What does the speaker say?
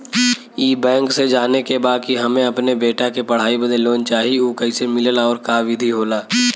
ई बैंक से जाने के बा की हमे अपने बेटा के पढ़ाई बदे लोन चाही ऊ कैसे मिलेला और का विधि होला?